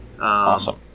awesome